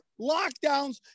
lockdowns